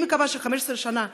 אני מקווה שאחרי 15 שנה,